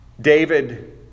David